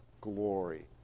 glory